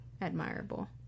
admirable